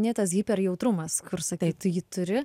paminėtas hiper jautrumas kur sakei tu jį turi